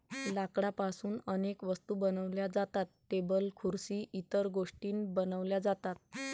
लाकडापासून अनेक वस्तू बनवल्या जातात, टेबल खुर्सी इतर गोष्टीं बनवल्या जातात